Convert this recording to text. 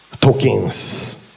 tokens